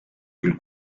küll